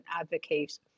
advocate